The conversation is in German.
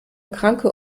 kranke